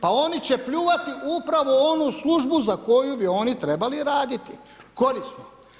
Pa oni će pljuvati upravo onu službu za koju bi oni trebali raditi korisno.